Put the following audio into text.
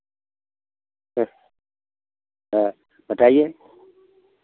फिर बताइए